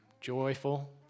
Joyful